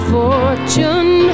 fortune